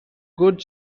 good